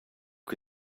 che